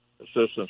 assistance